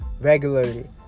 regularly